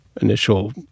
initial